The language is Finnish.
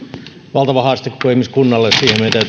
valtava haaste koko ihmiskunnalle siihen meidän